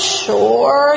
sure